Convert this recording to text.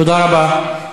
תודה רבה.